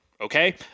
okay